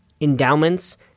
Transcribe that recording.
endowments